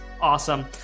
awesome